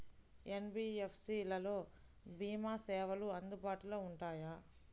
NBFC లలో భీమా సేవలు అందుబాటులో ఉంటాయా?